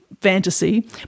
fantasy